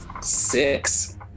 six